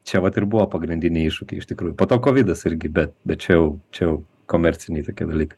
čia vat ir buvo pagrindiniai iššūkiai iš tikrųjų po to kovidas irgi bet bet čia jau čia jau komerciniai tokie dalykai